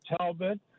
talbot